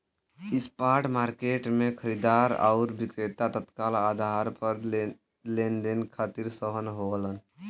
spot market में खरीदार आउर विक्रेता तत्काल आधार पर लेनदेन के खातिर सहमत होलन